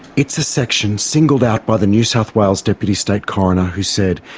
it's a section singled out by the new south wales deputy state coroner who said,